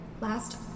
last